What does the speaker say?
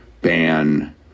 ban